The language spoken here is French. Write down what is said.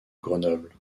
grenoble